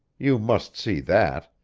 you must see that.